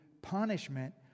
punishment